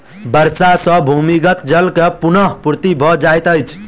वर्षा सॅ भूमिगत जल के पुनःपूर्ति भ जाइत अछि